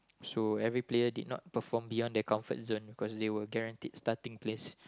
so every player did not perform beyond their comfort zone because they were guaranteed starting place